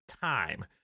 time